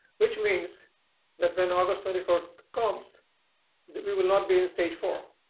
which means that when august twenty fourth comes that we will not be in stage four.